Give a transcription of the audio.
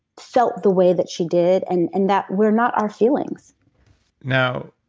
felt the way that she did, and and that we're not our feelings now,